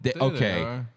okay